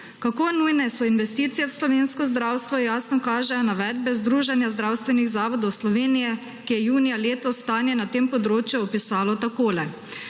Kako nujne so investicije v slovensko zdravstvo, jasno kažejo navedbe Združenja zdravstvenih zavodov Slovenije, ki je junija letos stanje na tem področju opisalo takole: